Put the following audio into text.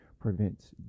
prevents